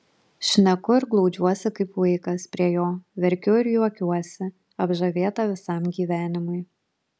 šneku ir glaudžiuosi kaip vaikas prie jo verkiu ir juokiuosi apžavėta visam gyvenimui